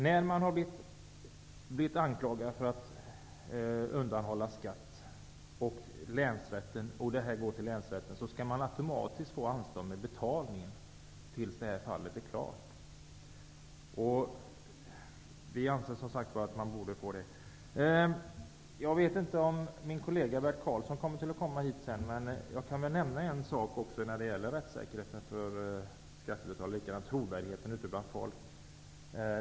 När man har blivit anklagad för att undanhålla skatt och ärendet går till länsrätten skall man automatiskt få anstånd med betalningen tills fallet är avgjort, anser vi. Det är möjligt att min kollega Bert Karlsson senare kommer till kammaren och begär ordet för att tala om detta, men jag kan ändå nämna något mer om rättssäkerheten och trovärdigheten ute bland folk.